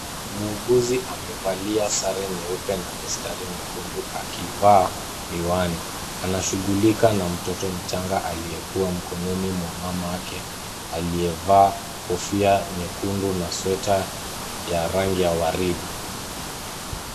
Muuguzi amevalia sare nyeupe na mistare mekundu, akivaa miwani. Anashugulika na mtoto mchanga aliyekuwa mkononi mwa mama yake, aliyevaa kofia nyekundu na sweater ya rangi ya waridi.